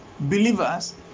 believers